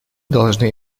должны